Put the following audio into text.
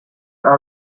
are